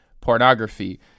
pornography